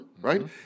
right